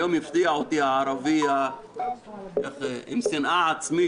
היום הפתיע אותי הערבי עם שנאה עצמית,